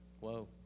Whoa